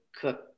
cook